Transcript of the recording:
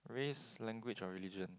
race language or religion